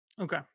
okay